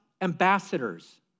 ambassadors